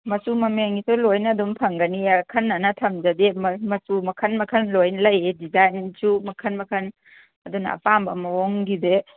ꯃꯆꯨ ꯃꯃꯦꯟꯒꯤꯁꯨ ꯂꯣꯏꯅ ꯑꯗꯨꯝ ꯐꯪꯒꯅꯤ ꯑꯈꯟꯅꯅ ꯊꯝꯖꯗꯦ ꯃꯆꯨ ꯃꯈꯜ ꯃꯈꯜ ꯂꯣꯏꯅ ꯂꯩ ꯗꯤꯖꯥꯏꯟꯁꯨ ꯃꯈꯜ ꯃꯈꯜ ꯑꯗꯨꯅ ꯑꯄꯥꯝꯕ ꯃꯑꯣꯡꯒꯤ ꯗ꯭ꯔꯦꯁ